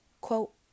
Quote